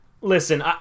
listen